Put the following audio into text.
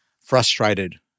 frustrated